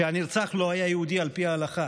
שהנרצח לא היה יהודי על פי ההלכה.